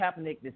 Kaepernick